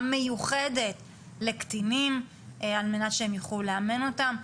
מיוחדת לקטינים על מנת שהם יוכלו לאמן אותם,